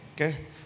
okay